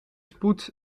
spoed